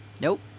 Nope